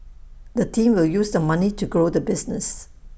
the team will use the money to grow the business